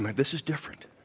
like this is different.